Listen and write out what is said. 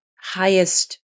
highest